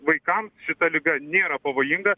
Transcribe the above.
vaikams šita liga nėra pavojinga